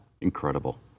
Incredible